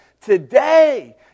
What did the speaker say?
today